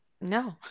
no